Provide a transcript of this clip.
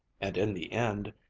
and in the end,